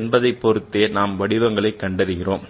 என்பதை பொறுத்தே நாம் வடிவங்களைக் கண்டறிகிறோம்